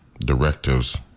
directives